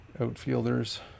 outfielders